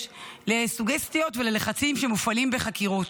לסוגסטיות וללחצים שמופעלים בחקירות.